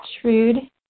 shrewd